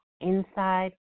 inside